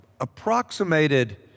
approximated